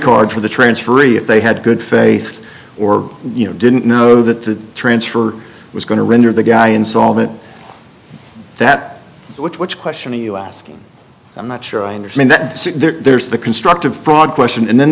card for the transferee if they had good faith or you know didn't know that the transfer was going to render the guy insolvent that which which question are you asking i'm not sure i understand that there's the constructive fraud question and then